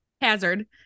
hazard